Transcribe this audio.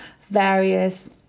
various